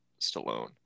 Stallone